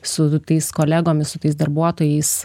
su tais kolegomis su tais darbuotojais